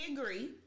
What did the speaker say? agree